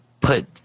put